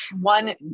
one